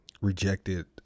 rejected